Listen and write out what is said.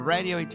Radio